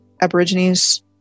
Aborigines